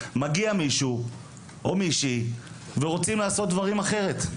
מגיע מישהו או מישהי ורוצה לעשות דברים אחרת.